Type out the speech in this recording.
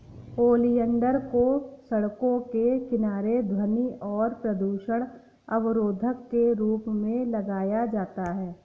oleander को सड़कों के किनारे ध्वनि और प्रदूषण अवरोधक के रूप में लगाया जाता है